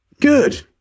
good